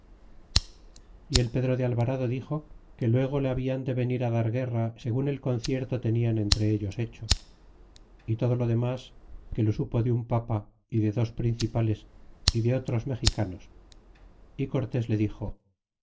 y el pedro de alvarado dixo que luego le habian de venir dar guerra segun el concierto tenian entre ellos hecho y todo lo demas que lo supo de un papa y de dos principales y de otros mexicanos y cortés le dixo